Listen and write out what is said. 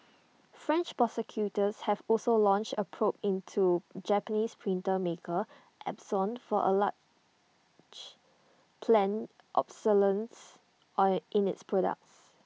French prosecutors have also launched A probe into Japanese printer maker Epson for alleged planned obsolescence or in its products